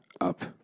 up